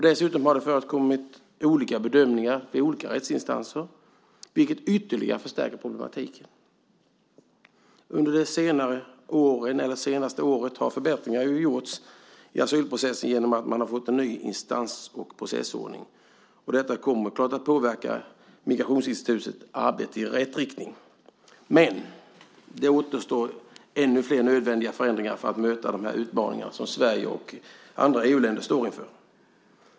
Dessutom har det förekommit olika bedömningar i olika rättsinstanser vilket ytterligare förstärker problematiken. Under det senaste året har förbättringar gjorts i asylprocessen genom att man har fått en ny instans och processordning. Detta kommer klart att påverka Migrationsverkets arbete i rätt riktning. Men det återstår ännu flera nödvändiga förändringar för att möta de utmaningar som Sverige och andra EU-länder står inför.